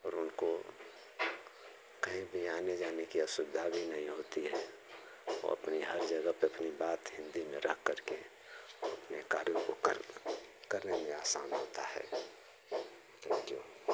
और उनको कहीं भी आने जाने की असुविधा भी नहीं होती है वो अपनी हर जगह पर अपनी बात हिन्दी में रख करके अपने कार्यों को कर करने में आसान होता है थैंक यू